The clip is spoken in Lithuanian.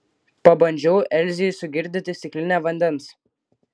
pabandžiau elzei sugirdyti stiklinę vandens